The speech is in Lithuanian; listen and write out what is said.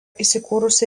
įsikūrusi